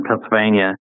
Pennsylvania